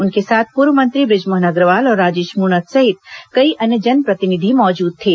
उनके साथ पूर्व मंत्री बृजमोहन अग्रवाल और राजेश मूणत सहित कई अन्य जनप्रतिनिधि मौजूद थे